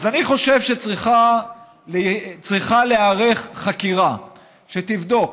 אז אני חושב שצריכה להיערך חקירה שתבדוק